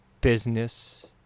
business